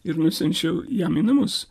ir nusiunčiau jam į namus